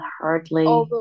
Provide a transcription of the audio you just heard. Hardly